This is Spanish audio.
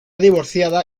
divorciada